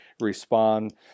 respond